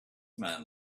man